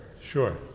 Sure